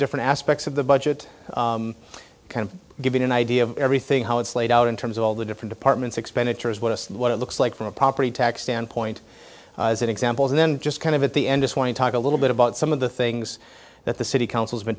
different aspects of the budget kind of giving an idea of everything how it's laid out in terms of all the different departments expenditures what us and what it looks like from a property tax standpoint as an example and then just kind of at the end just want to talk a little bit about some of the things that the city council's been